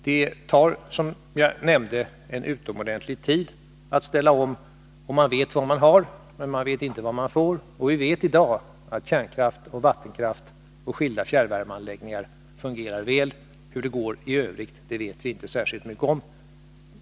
Det tar, som jag nämnde, utomordentligt lång tid att ställa om produktionen. Man vet vad man har, men inte vad man får. Vi vet i dag att kärnkraft, vattenkraft och skilda fjärrvärmeanläggningar fungerar väl, men hur det går i övrigt vet vi inte särskilt mycket om.